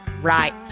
Right